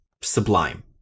Sublime